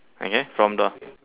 okay from the